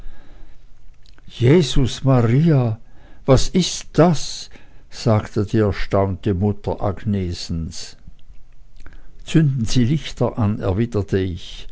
jesus maria was ist das sagte die erstaunte mutter agnesens zünden sie lichter an erwiderte ich